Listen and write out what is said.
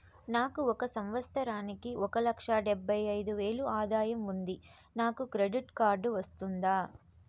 నాకు ఒక సంవత్సరానికి ఒక లక్ష డెబ్బై అయిదు వేలు ఆదాయం ఉంది నాకు క్రెడిట్ కార్డు వస్తుందా?